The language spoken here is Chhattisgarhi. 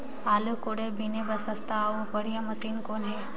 आलू कोड़े बीने बर सस्ता अउ बढ़िया कौन मशीन हे?